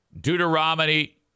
Deuteronomy